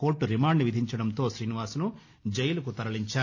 court remand విధించటంతో శ్రీనివాస్ను జైలుకు తరలించారు